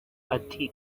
ati